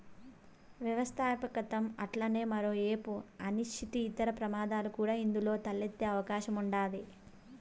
వ్యవస్థాపకతం అట్లనే మరో ఏపు అనిశ్చితి, ఇతర ప్రమాదాలు కూడా ఇందులో తలెత్తే అవకాశం ఉండాది